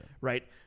Right